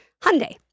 Hyundai